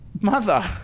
mother